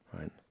right